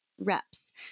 reps